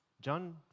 John